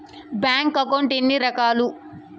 bank account ఎన్ని రకాలు